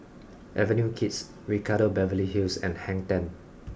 Avenue Kids Ricardo Beverly Hills and Hang Ten